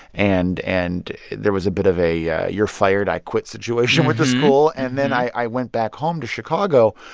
and and there was a bit of a a you're fired. i quit situation with the school and then i went back home to chicago.